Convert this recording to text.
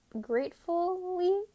gratefully